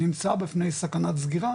נמצא בפני סכנת סגירה,